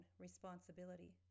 responsibility